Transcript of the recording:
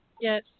Yes